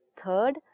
third